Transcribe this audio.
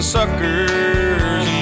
suckers